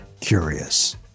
curious